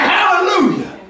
Hallelujah